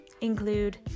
include